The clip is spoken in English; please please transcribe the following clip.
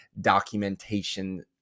documentation